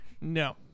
no